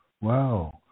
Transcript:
Wow